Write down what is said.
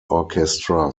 orchestra